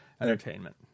Entertainment